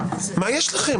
מה יש לכם?